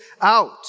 out